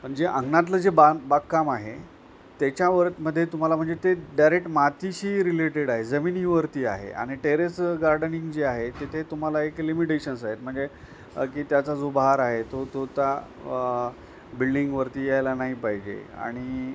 पण जे अंगणातलं जे बा बागकाम आहे त्याच्यावर मध्ये तुम्हाला म्हणजे ते डायरेक्ट मातीशी रिलेटेड आहे जमिनीवरती आहे आणि टेरेस गार्डनिंग जे आहे तिथे तुम्हाला एक लिमिटेशन्स आहेत म्हणजे की त्याचा जो भार आहे तो तो त्या बिल्डिंगवरती यायला नाही पाहिजे आणि